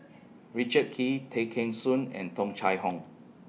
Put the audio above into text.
Richard Kee Tay Kheng Soon and Tung Chye Hong